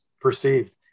perceived